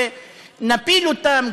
ונפיל אותם,